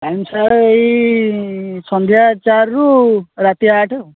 time sir ଏହି ସନ୍ଧ୍ୟା ଚାରିରୁ ରାତି ଆଠ ଆଉ